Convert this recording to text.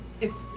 It's-